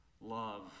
love